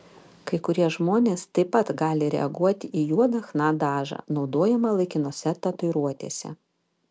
kai kurie žmonės taip pat gali reaguoti į juodą chna dažą naudojamą laikinose tatuiruotėse